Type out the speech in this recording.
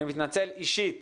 אני מתנצל אישית